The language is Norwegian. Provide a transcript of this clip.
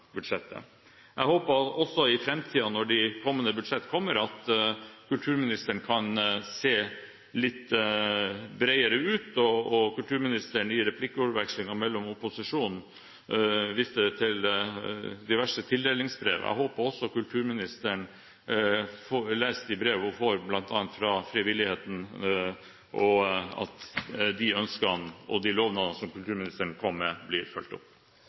Jeg håper at kulturministeren kan se litt bredere i de kommende budsjetter i framtiden. Kulturministeren viste i replikkordvekslingen med opposisjonen til diverse tildelingsbrev. Jeg håper kulturministeren leser de brevene hun får, bl.a. fra frivilligheten, og at de ønskene og de lovnadene som kulturministeren kom med, blir fulgt opp.